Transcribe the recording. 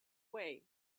way